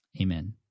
Amen